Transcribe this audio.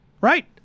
Right